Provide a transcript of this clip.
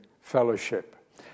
fellowship